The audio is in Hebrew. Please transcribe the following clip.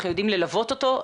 אנחנו יודעים ללוות אותו?